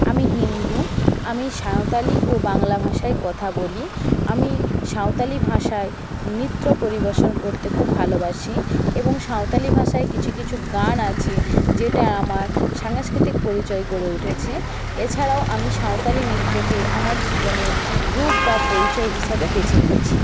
আমি হিন্দু আমি সাঁওতালি ও বাংলা ভাষায় কথা বলি আমি সাঁওতালি ভাষায় নৃত্য পরিবেশন করতে খুব ভালোবাসি এবং সাঁওতালি ভাষায় কিছু কিছু গান আছে যেটা আমার সাংস্কৃতিক পরিচয় গড়ে উঠেছে এছাড়াও আমি সাঁওতালি নৃত্যকে আমার জীবনের রূপ বা পরিচয় হিসাবে বেছে নিয়েছি